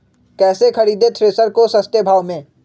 कैसे खरीदे थ्रेसर को सस्ते भाव में?